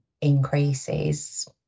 increases